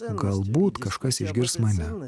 galbūt kažkas išgirs mane